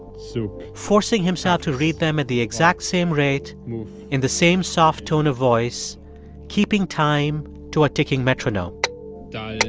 so forcing himself to read them at the exact same rate in the same soft tone of voice keeping time to a ticking metronome dal,